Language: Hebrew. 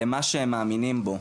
למה שהם מאמינים בו".